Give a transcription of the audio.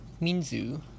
Minzu